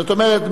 זאת אומרת,